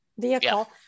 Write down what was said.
vehicle